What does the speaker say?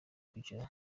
kubica